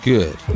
Good